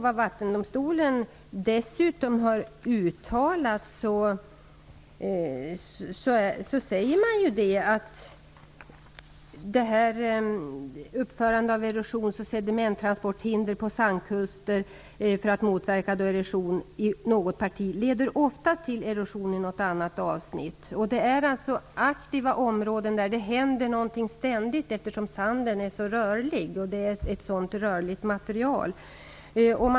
Vattendomstolen säger dessutom: ''Uppförande av erosions eller sedimenttransporthinder på sandkuster för att motverka erosion i något parti, leder oftast till erosion i något annat avsnitt''. Det är alltså aktiva områden där det ständigt händer någonting, eftersom sanden är så rörlig. Det är ett sådant rörligt material.